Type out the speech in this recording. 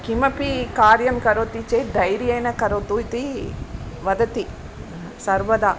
किमपि कार्यं करोति चेत् धैर्येण करोतु इति वदति सर्वदा